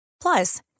plus